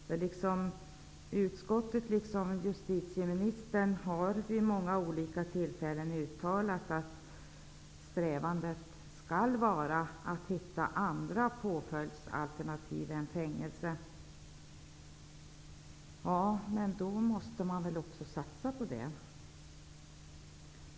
Justitieutskottet liksom justitieministern har vid många olika tillfällen uttalat att strävan skall vara att hitta andra påföljdsalternativ än fängelse. Ja, men då måste man väl också satsa på det.